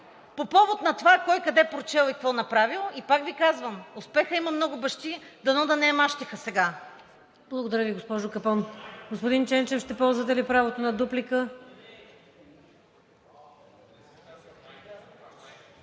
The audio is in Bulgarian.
По повод на това кой къде прочел и какво направил, пак Ви казвам: успехът има много бащи, дано да не е мащеха сега.